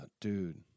dude